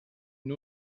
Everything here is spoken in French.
une